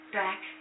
back